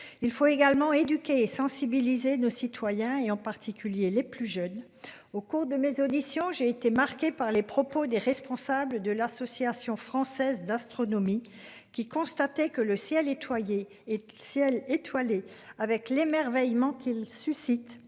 il faut également éduquer et sensibiliser nos citoyens et en particulier les plus jeunes au cours de mes auditions j'ai été marqué par les propos des responsables de l'Association française d'astronomie, qui constatait que le ciel est Toyer et le ciel étoilé avec l'émerveillement qu'il suscite,